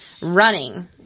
running